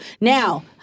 Now